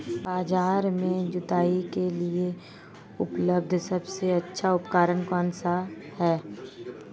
बाजार में जुताई के लिए उपलब्ध सबसे अच्छा उपकरण कौन सा है?